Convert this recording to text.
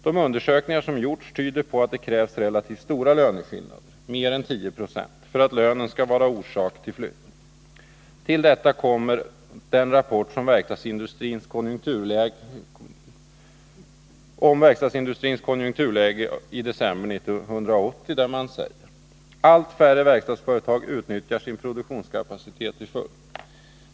De undersökningar som gjorts tyder på att det krävs relativt stora löneskillnader för att lönen skall vara orsak till flyttning.” Till detta kommer rapporten om verkstadsindustrins konjunkturläge december 1980, där man säger: ”Allt färre verkstadsföretag utnyttjar sin produktionskapacitet till fullo.